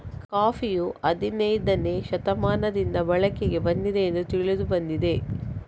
ಕಾಫಿಯು ಹದಿನೈದನೇ ಶತಮಾನದಿಂದ ಬಳಕೆಗೆ ಬಂದಿದೆ ಎಂದು ತಿಳಿದು ಬಂದಿದೆ